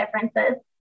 differences